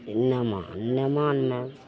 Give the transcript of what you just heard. जे नेमा नेमान नहि